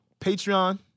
Patreon